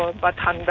but